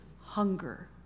hunger